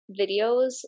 videos